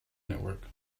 network